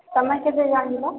ତମେ କେବେ ଜାଣିଲ